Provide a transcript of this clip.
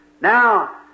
Now